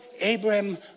Abraham